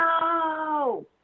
no